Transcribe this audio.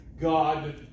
God